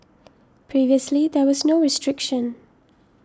previously there was no restriction